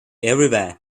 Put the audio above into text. everywhere